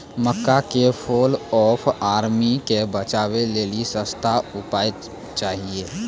मक्का के fall of army से बचाबै लेली सस्ता उपाय चाहिए?